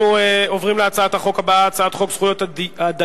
אנחנו עוברים להצעת החוק הבאה: הצעת חוק זכויות הדייר